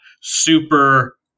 super